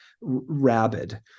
Rabid